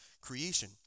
creation